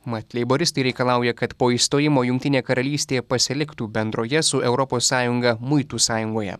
mat leiboristai reikalauja kad po išstojimo jungtinė karalystė pasiliktų bendroje su europos sąjunga muitų sąjungoje